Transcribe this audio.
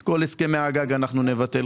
את כל הסכמי הגג אנחנו נבטל.